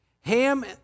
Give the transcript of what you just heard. Ham